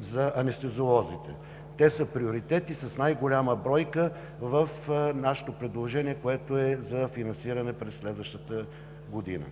за анестезиолозите. Те са приоритет и са с най-голяма бройка в нашето предложение за финансиране през следващата година.